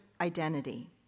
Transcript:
identity